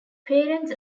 parents